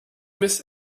miss